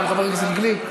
גם חבר הכנסת גליק.